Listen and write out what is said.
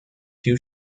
two